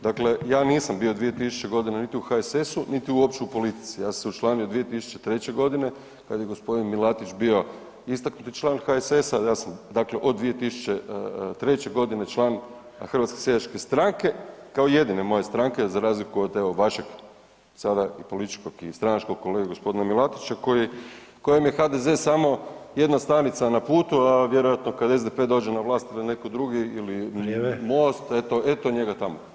Dakle, ja nisam bio 2000. godine niti u HSS-u, niti uopće u politici, ja sam se učlanio 2003. godine kad je gospodin Milatić bio istaknuti član HSS-a, a ja sam dakle od 2003.g. član HSS-a kao jedine moje stranke za razliku od evo vašeg sada i političkog i stranačkog kolege g. Milatića koji je, kojem je HDZ samo jedna stanica na putu, a vjerojatno kad SDP dođe na vlast ili neko drugi ili MOST [[Upadica: Vrijeme]] eto, eto njega tamo.